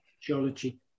geology